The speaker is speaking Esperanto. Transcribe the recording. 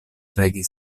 regi